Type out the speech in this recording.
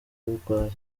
urwaye